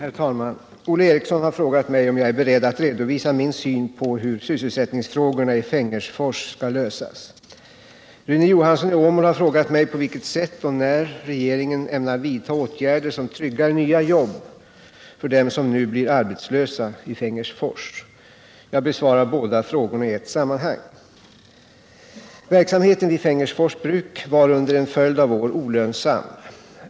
Herr talman! Olle Eriksson har frågat mig om jag är beredd att redovisa min syn på hur sysselsättningsfrågorna i Fengersfors skall lösas. Rune Johansson i Åmål har frågat mig på vilket sätt och när regeringen ämnar vidta åtgärder som tryggar nya jobb för dem som nu blir arbetslösa i Fengersfors. Jag besvarar frågorna i ett sammanhang. Verksamheten vid Fengersfors Bruk var under en följd av år olönsam.